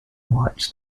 whites